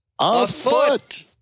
Afoot